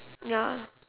ya